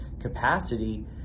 capacity